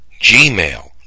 gmail